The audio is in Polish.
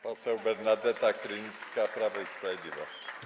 Poseł Bernadeta Krynicka, Prawo i Sprawiedliwość.